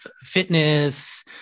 fitness